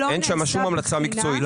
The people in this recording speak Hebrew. אין שם שום המלצה מקצועית.